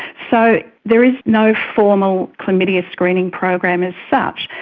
so there is no formal chlamydia screening program as such,